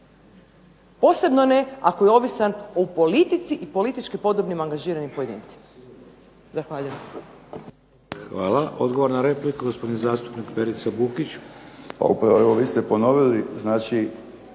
posebno ne ako je ovisan o politici i politički podobnim angažiranim pojedincima. Zahvaljujem.